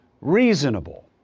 reasonable